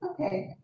Okay